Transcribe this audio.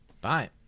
Bye